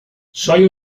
soy